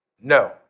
No